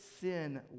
sin